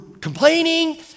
complaining